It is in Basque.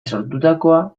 sortutakoa